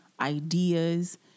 ideas